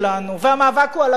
והמאבק הוא על הכול,